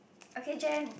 okay Jen